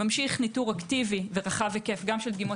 ממשיך ניטור אקטיבי ורחב היקף גם של דגימות